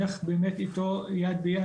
יהיו שם גם רמ"י,